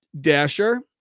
Dasher